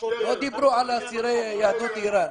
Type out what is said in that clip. לא דיברו על אסירי יהדות אירן.